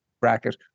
bracket